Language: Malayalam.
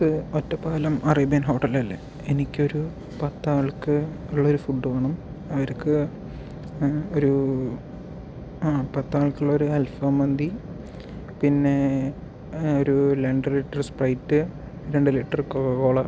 ഇത് ഒറ്റപ്പാലം അറേബ്യൻ ഹോട്ടൽ അല്ലേ എനിക്കൊരു പത്താൾക്ക് ഉള്ള ഒരു ഫുഡ് വേണം അവർക്ക് ഒരൂ ആ പത്താൾക്കുള്ളൊരു അൽഫാം മന്തി പിന്നേ ഒരൂ രണ്ട് ലിറ്റർ സ്പ്രൈറ്റ് രണ്ടു ലിറ്റർ കൊക്കകോള